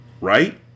Right